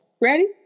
Ready